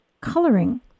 coloring